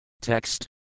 Text